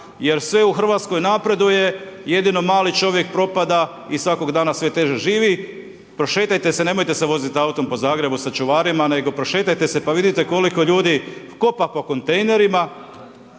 jer sve u Hrvatskoj napreduje, jedino mali čovjek propada i svakog dana sve teže živi. Prošetajte se, nemojte se voziti autom po Zagrebu sa čuvarima nego prošetajte se pa vidite koliko ljudi kopa po kontejnerima,